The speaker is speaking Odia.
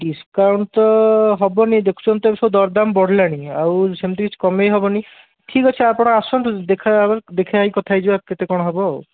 ଡିସକାଉଣ୍ଟ୍ ତ ହେବନି ଦେଖୁଛନ୍ତି ତ ଏଇ ସବୁ ଦରଦାମ୍ ବଢ଼ିଲାଣି ଆଉ ସେମିତି କିଛି କମେଇ ହେବନି ଠିକ୍ ଅଛି ଆପଣ ଆସନ୍ତୁ ଦେଖା ହେଇ କଥା ହେଇଯିବା କେତେ କ'ଣ ହେବ ଆଉ